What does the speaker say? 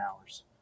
hours